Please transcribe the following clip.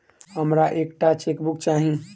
हमरा एक टा चेकबुक चाहि